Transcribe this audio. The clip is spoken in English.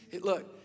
look